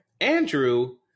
Andrew